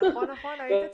נכון, היית אצלנו.